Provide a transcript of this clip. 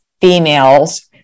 females